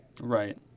Right